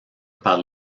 par